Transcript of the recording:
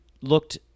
looked